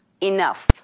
Enough